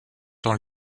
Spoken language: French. dans